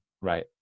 Right